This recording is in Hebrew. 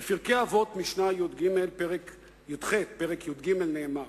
בפרקי אבות משנה א' פרק ג' נאמר: